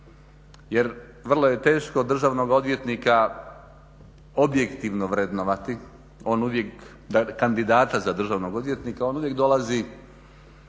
jer vrlo je teško državnog odvjetnika objektivno vrednovati, on uvijek, kandidata za državnog odvjetnika, on uvijek dolazi